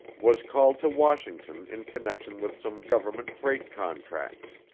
was called to washington in connection with some government freight contracts.